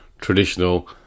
traditional